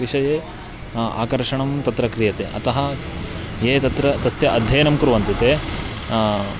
विषये आकर्षणं तत्र क्रियते अतः ये तत्र तस्य अध्ययनं कुर्वन्ति ते